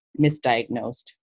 misdiagnosed